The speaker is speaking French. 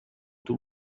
tout